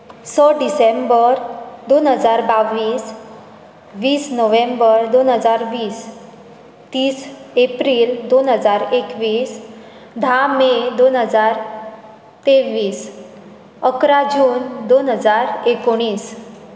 स डिसेंबर दोन हजार बावीस वीस नोव्हेंबर दोन हजार वीस तीस एप्रील दोन हजार एकवीस धा मे दोन हजार तेवीस अकरा जून दोन हजार एकुणीस